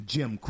Jim